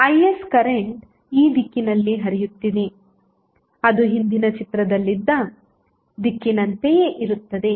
Is current ಈ ದಿಕ್ಕಿನಲ್ಲಿ ಹರಿಯುತ್ತಿದೆ ಅದು ಹಿಂದಿನ ಚಿತ್ರದಲ್ಲಿದ್ದ ದಿಕ್ಕಿನಂತೆಯೇ ಇರುತ್ತದೆ